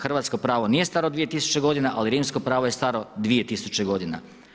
Hrvatsko pravo nije staro 2 000 godina ali Rimsko pravo je staro 2 000 godina.